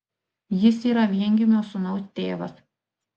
jis yra viengimio sūnaus tėvas